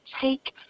take